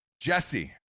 Jesse